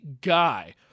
guy